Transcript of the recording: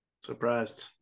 surprised